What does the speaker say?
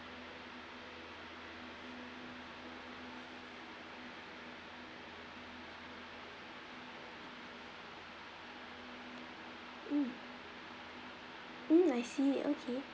mm mm I see okay